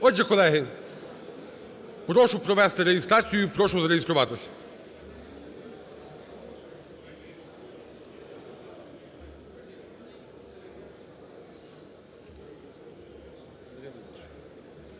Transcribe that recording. Отже, колеги прошу провести реєстрацію. Прошу зареєструватись.